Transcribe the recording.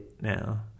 now